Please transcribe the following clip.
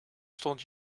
stond